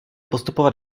postupovat